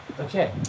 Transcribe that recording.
Okay